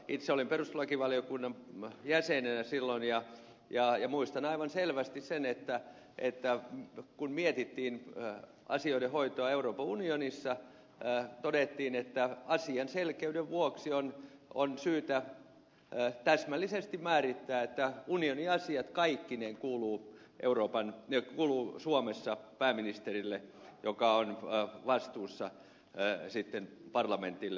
itse olin perustuslakivaliokunnan jäsenenä silloin ja muistan aivan selvästi sen että kun mietittiin asioiden hoitoa euroopan unionissa todettiin että asian selkeyden vuoksi on syytä täsmällisesti määrittää että unioniasiat kaikkineen kuuluvat suomessa pääministerille joka on vastuussa sitten parlamentille